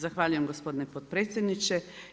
Zahvaljujem gospodin potpredsjedniče.